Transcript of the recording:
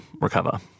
recover